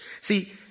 See